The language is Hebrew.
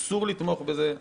אסור לתמוך בזה,